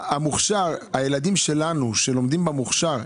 הילדים שלנו שלומדים במוכשר,